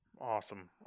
Awesome